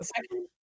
Second